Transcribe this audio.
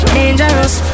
Dangerous